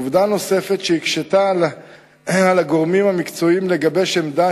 עובדה נוספת שהקשתה על הגורמים המקצועיים לגבש עמדה